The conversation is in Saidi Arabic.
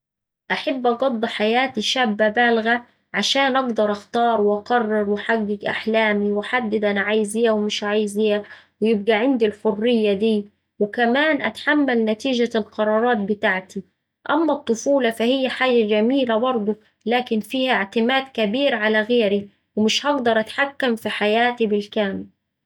أحب أقضي حياتي شابة بالغة عشان أقدر أختار وأقرر وأحقق أحلامي وأحدد أنا عايزة إيه ومش عايزة إيه ويبقا عندي الحرية دية وكمان أتحمل نتيجة القرارات بتاعتي. أما الطفولة فهيه حاجة جميلة برضه لكن فيها اعتماد كبير على غيري ومش هقدر أتحكم في حياتي بالكامل.